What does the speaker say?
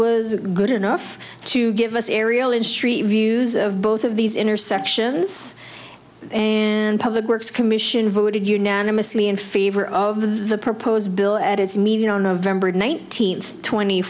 was good enough to give us aerial and street views of both of these intersections and public works commission voted unanimously in favor of the proposed bill at its meeting on november nineteenth twenty